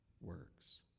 works